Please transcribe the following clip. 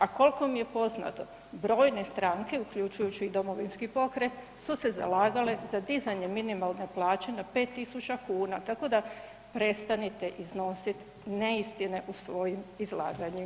A kolko mi je poznato, brojne stranke, uključujući i Domovinski pokret, su se zalagale za dizanje minimalne plaće na 5.000 kn, tako da prestanite iznosit neistine u svojim izlaganjima.